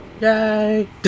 Yay